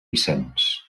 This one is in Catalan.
vicenç